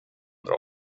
dra